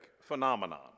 phenomenon